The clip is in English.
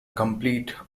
complete